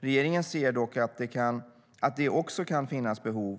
Regeringen ser dock att det också kan finnas behov